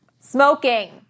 smoking